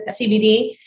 CBD